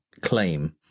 claim